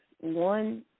One